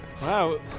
Wow